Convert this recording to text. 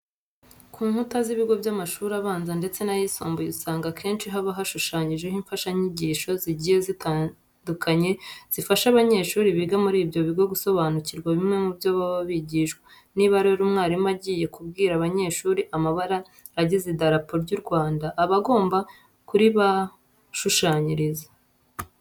Ku nkuta z'ibigo by'amashuri abanza ndetse n'ayisumbuye usanga akensho haba hashushanyijeho imfashanyigisho ziigiye zitandukanye zifasha abanyeshuri biga muri ibyo bigo gusobanukirwea bimwe mu byo baba bigishwa. Niba rero umwarimu agiye kubwira abanyeshuri amabara agize Idarapo ry'u Rwanda, aba agomba kuribashushanyiriza.